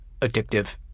addictive